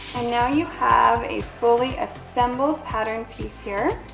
and now you have a fully assembled patter and piece here.